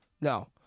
No